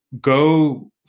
go